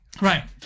right